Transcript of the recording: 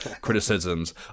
criticisms